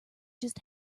just